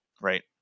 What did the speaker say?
right